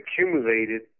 accumulated